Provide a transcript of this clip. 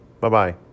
Bye-bye